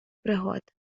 пригод